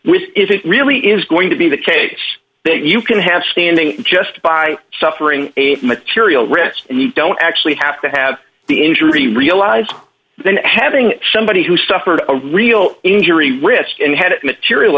with is it really is going to be the case that you can have standing just by suffering a material risk and you don't actually have to have the injury realized then having somebody who suffered a real injury risk and had